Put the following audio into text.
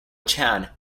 chan